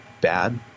bad